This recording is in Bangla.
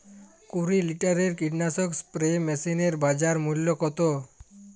কুরি লিটারের কীটনাশক স্প্রে মেশিনের বাজার মূল্য কতো?